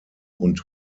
und